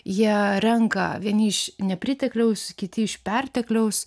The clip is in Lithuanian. jie renka vieni iš nepritekliaus kiti iš pertekliaus